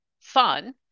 fun